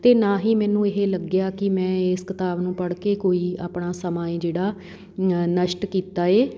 ਅਤੇ ਨਾ ਹੀ ਮੈਨੂੰ ਇਹ ਲੱਗਿਆ ਕਿ ਮੈਂ ਇਸ ਕਿਤਾਬ ਨੂੰ ਪੜ੍ਹ ਕੇ ਕੋਈ ਆਪਣਾ ਸਮਾਂ ਹੈ ਜਿਹੜਾ ਨਸ਼ਟ ਕੀਤਾ ਹੈ